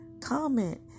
comment